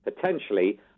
potentially